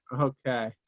Okay